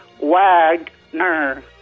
Wagner